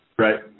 Right